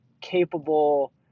capable